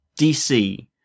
DC